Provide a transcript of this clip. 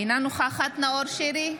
אינה נוכחת נאור שירי,